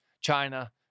China